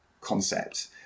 concept